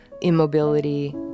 immobility